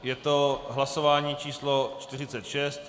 Je to hlasování číslo 46.